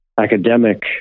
academic